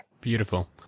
Beautiful